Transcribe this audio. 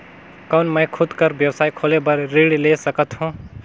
कौन मैं खुद कर व्यवसाय खोले बर ऋण ले सकत हो?